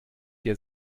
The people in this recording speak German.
der